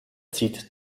zieht